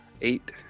Eight